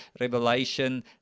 Revelation